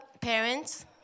parents